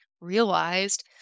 realized